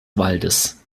waldes